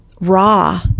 raw